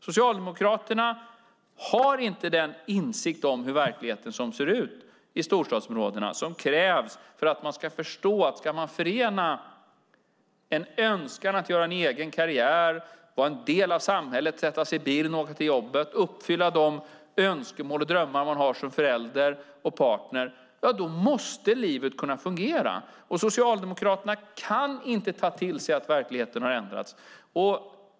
Socialdemokraterna har inte den insikt om hur verkligheten i storstadsområdena ser ut som krävs för att förstå att om man ska förena önskan att göra egen karriär, vara en del av samhället, sätta sig i bilen och åka till jobbet, uppfylla de önskemål och drömmar man har som förälder och partner måste livet kunna fungera. Socialdemokraterna kan inte ta till sig att verkligheten har ändrats.